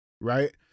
right